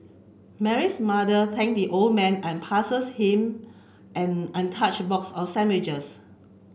Mary's mother thank the old man and passes him an untouched box of sandwiches